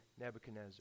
Nebuchadnezzar